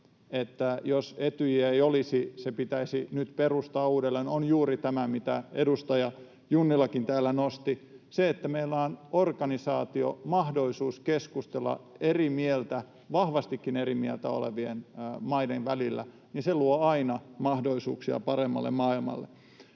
että jos Etyjiä ei olisi, se pitäisi nyt perustaa uudelleen, on juuri tämä, mitä edustaja Junnilakin täällä nosti: Se, että meillä on organisaatio ja mahdollisuus keskustella vahvastikin eri mieltä olevien maiden välillä, luo aina mahdollisuuksia paremmalle maailmalle.